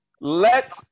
Let